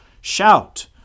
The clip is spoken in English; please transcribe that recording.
Shout